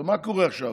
ומה קורה עכשיו?